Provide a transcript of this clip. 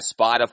Spotify